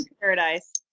Paradise